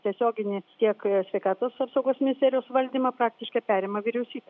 tiesioginį tiek sveikatos apsaugos ministerijos valdymą praktiškai perima vyriausybė